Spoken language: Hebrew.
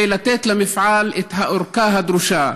ולתת למפעל את הארכה הדרושה.